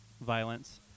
violence